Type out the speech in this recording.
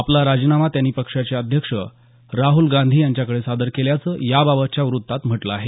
आपला राजीनामा त्यांनी पक्षाचे अध्यक्ष राहुल गांधी यांच्याकडे सादर केल्याचं याबाबतच्या वृत्तात म्हटलं आहे